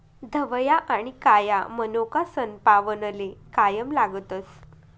धवया आनी काया मनोका सनपावनले कायम लागतस